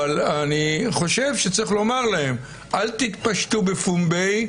אני חושב שיש לומר להם: אל תתפשטו בפומבי,